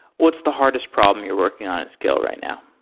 what's the hardest problem you're working on at scale right now?